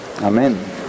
Amen